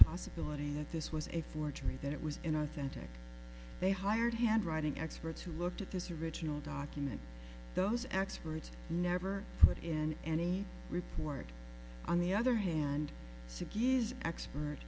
possibility that this was a forgery that it was in authentic they hired handwriting experts who looked at this original document those experts never put in any report on the other hand